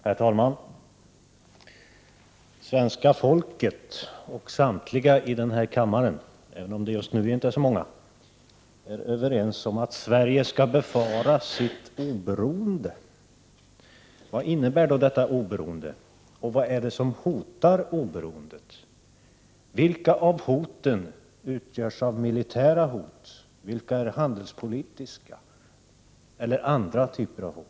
Herr talman! Svenska folket och samtliga ledamöter i denna kammare, även om de just nu inte är så många, är överens om att Sverige skall bevara sitt oberoende. Vad innebär då detta oberoende, och vad är det som hotar oberoendet? Vilka av hoten är militära och vilka är handelspolitiska, eller finns det andra typer av hot?